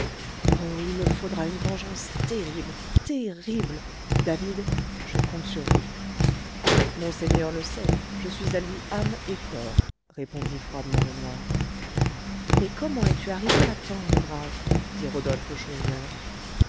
oh il me faudra une vengeance terrible terrible david je compte sur vous monseigneur le sait je suis à lui âme et corps répondit froidement le noir mais comment es-tu arrivé à temps mon brave dit rodolphe